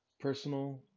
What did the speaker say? personal